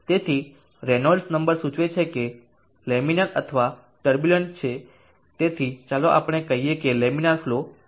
તેથી Reynolds number સૂચવે છે કે લેમિનર અથવા ટર્બુલંટ છે તેથી ચાલો આપણે કહીએ કે લેમિનરનો ફલો છે